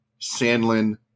Sandlin